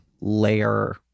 layer